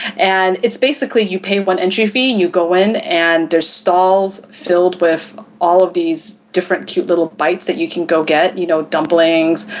and it's basically, you pay one entry fee, and you go in and there are stalls filled with all of these different cute little bites that you can go get, you know, dumplings,